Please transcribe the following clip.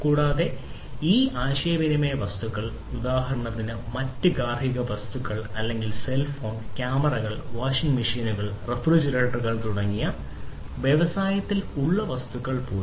കൂടാതെ വ്യത്യസ്ത വസ്തുക്കൾ ഈ ആശയവിനിമയ വസ്തുക്കൾ ഉദാഹരണത്തിന് മറ്റ് ഗാർഹിക വസ്തുക്കൾ അല്ലെങ്കിൽ സെൽ ഫോൺ ക്യാമറകൾ വാഷിംഗ് മെഷീനുകൾ റഫ്രിജറേറ്ററുകൾ തുടങ്ങിയ വ്യവസായങ്ങളിൽ ഉള്ള വസ്തുക്കൾ പോലും